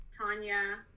Tanya